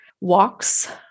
walks